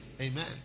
Amen